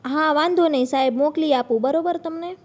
હા વાંધો નહીં સાહેબ મોકલી આપું બરાબર તમને